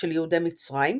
של יהודי מצרים,